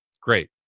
great